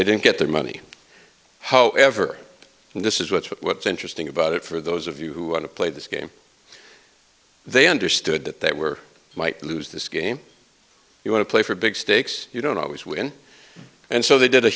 they didn't get their money however and this is what's what's interesting about it for those of you who want to play this game they understood that they were might lose this game you want to play for big stakes you don't always win and so they did a